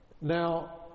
Now